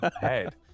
head